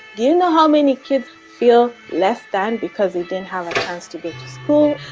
do you know how many kids feel less than because they didn't have a chance to go to school.